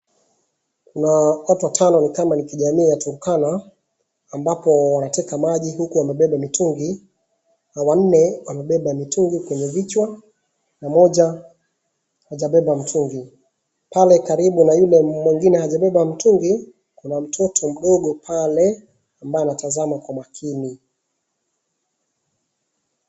Kuna watu watano ni kama ni kijamii ya Turkana ambapo wanateka maji huku wamebeba mitungi. Na wanne wamebeba mitungi kwenye vichwa na moja hajabeba mtungi. Pale karibu na yule mwingine hajabeba mtungi kuna mtoto mdogo pale ambaye anatazama kwa makini.